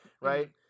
right